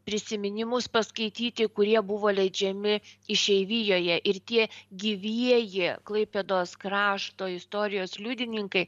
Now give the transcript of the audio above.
prisiminimus paskaityti kurie buvo leidžiami išeivijoje ir tie gyvieji klaipėdos krašto istorijos liudininkai